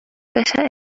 bitter